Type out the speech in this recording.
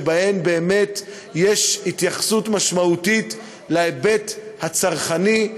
שבהן באמת יש התייחסות משמעותית להיבט הצרכני,